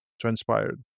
transpired